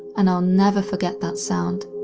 and i'll never forget that sound.